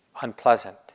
unpleasant